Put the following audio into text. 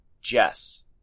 Jess